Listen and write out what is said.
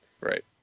Right